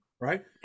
right